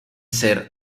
ser